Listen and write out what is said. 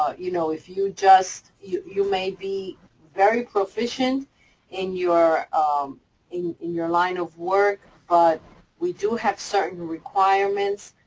ah you know, if you just you you may be very proficient in your, um in in your line of work. but we do have certain requirements,